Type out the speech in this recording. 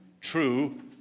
true